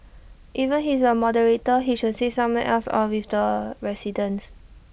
even he is A moderator he should sit somewhere else or with the residents